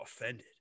offended